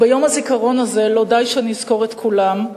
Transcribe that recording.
וביום הזיכרון הזה לא די שנזכור את כולם,